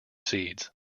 seeds